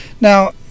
Now